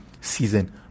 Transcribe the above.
season